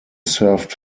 served